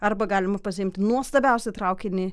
arba galima pasiimti nuostabiausią traukinį